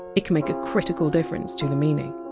it can make a critical difference to the meaning.